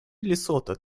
лесото